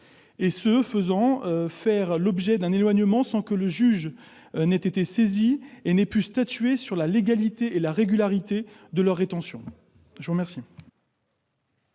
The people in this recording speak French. et, ce faisant, faire l'objet d'un éloignement sans que le juge ait été saisi et ait pu statuer sur la légalité et la régularité de leur rétention. Quel